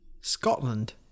Scotland